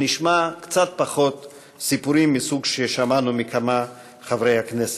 ונשמע קצת פחות סיפורים מהסוג ששמענו מכמה חברי הכנסת.